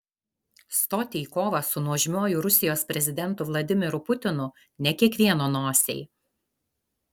stoti į kovą su nuožmiuoju rusijos prezidentu vladimiru putinu ne kiekvieno nosiai